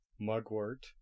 Mugwort